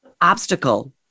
obstacle